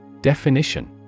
Definition